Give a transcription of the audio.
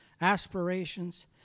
aspirations